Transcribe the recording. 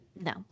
No